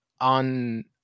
on